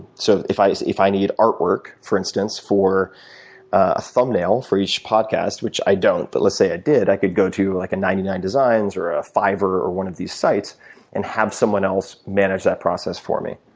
so if i if i need artwork, for instance, for a thumbnail for each podcast, which i don't but let's say i did, i could go to like a ninety nine designs or a fiver or one of these sites and have someone else manage that process for me.